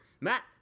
Matt